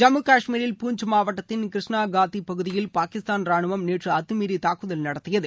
ஜம்மு காஷ்மீரில் பூஞ்ச் மாவட்டத்தின் கிருஷ்ணாகட்டி பகுதியில் பாகிஸ்தான் ரானுவம் நேற்று அத்தமீறி தாக்குதல் நடத்தியது